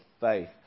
faith